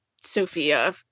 Sophia